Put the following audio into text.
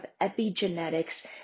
epigenetics